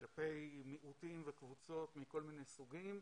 כלפי מיעוטים וקבוצות מכל מיני סוגים,